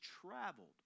traveled